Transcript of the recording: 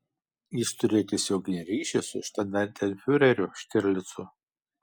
jis turėjo tiesioginį ryšį su štandartenfiureriu štirlicu